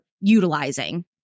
utilizing